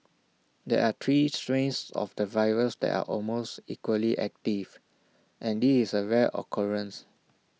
there are three strains of the virus that are almost equally active and this is A rare occurrence